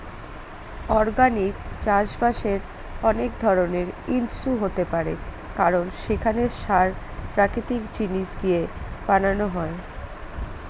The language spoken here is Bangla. অর্গানিক চাষবাসের অনেক ধরনের ইস্যু হতে পারে কারণ সেখানে সার প্রাকৃতিক জিনিস দিয়ে বানানো হয়